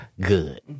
good